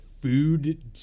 food